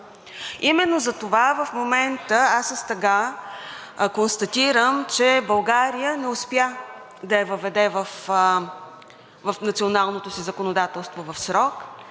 Именно затова в момента аз с тъга констатирам, че България не успя да я въведе в националното си законодателство в срок